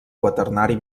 quaternari